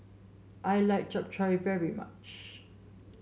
I like Japchae very much